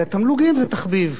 ותמלוגים זה תחביב,